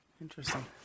Interesting